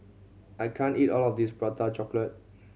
I can't eat all of this Prata Chocolate